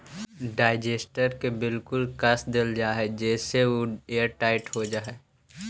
digester के बिल्कुल कस देल जा हई जेसे उ एयरटाइट हो जा हई